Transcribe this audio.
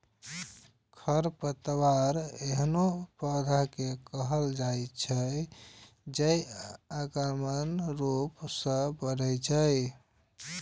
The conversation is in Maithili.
खरपतवार एहनो पौधा कें कहल जाइ छै, जे आक्रामक रूप सं बढ़ै छै